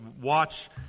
Watch